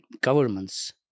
governments